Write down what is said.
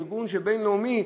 ארגון בין-לאומי,